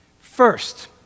First